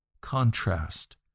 contrast